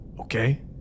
okay